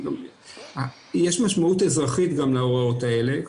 יש משמעות אזרחית גם להוראות האלה,